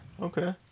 Okay